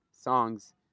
songs